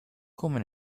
come